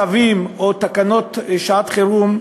צווים, או תקנות לשעת-חירום,